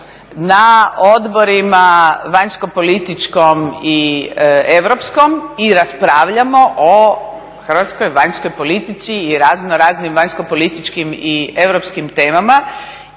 na Odborima vanjskopolitičkom i europskom i raspravljamo o hrvatskoj vanjskoj politici i razno raznim vanjskopolitičkim i europskim temama.